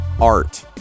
art